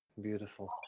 beautiful